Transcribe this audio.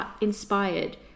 inspired